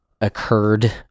occurred